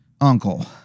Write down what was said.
uncle